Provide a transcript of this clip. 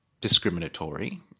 discriminatory